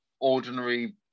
ordinary